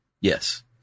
Yes